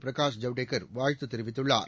பிரகாஷ் ஜவடேகர் வாழ்த்துத் தெரிவித்துள்ளார்